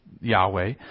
Yahweh